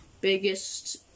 biggest